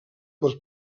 pels